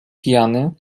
pijany